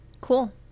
Cool